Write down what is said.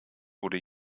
wurde